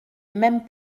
même